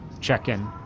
check-in